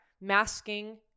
masking